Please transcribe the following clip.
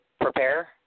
prepare